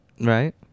right